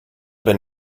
been